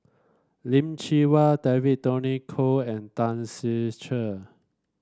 Lim Chee Wai David Tony Khoo and Tan Ser Cher